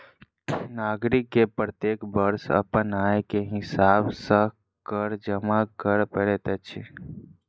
नागरिक के प्रत्येक वर्ष अपन आय के हिसाब सॅ कर जमा कर पड़ैत अछि